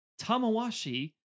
Tamawashi